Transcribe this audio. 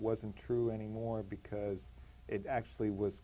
wasn't true anymore because it actually was